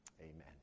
amen